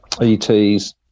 ETs